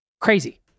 crazy